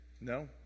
No